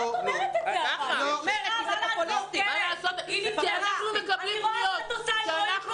אנחנו מקבלים פניות.